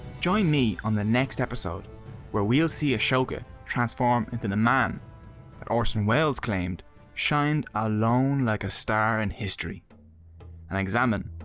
join me on the next episode where we'll see ashoka transform into the man that orson welles claimed shinned alone like a star in history and examine